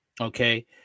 Okay